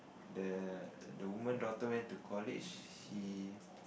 the the woman daughter went to college she